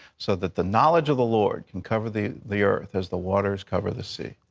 so that the knowledge of the lord can cover the the earth as the waters cover the sea.